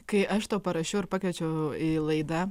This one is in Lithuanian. kai aš tau parašiau ir pakviečiau į laidą